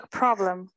problem